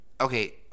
Okay